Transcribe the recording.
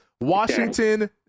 Washington